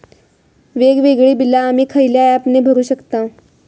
वेगवेगळी बिला आम्ही खयल्या ऍपने भरू शकताव?